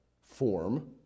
form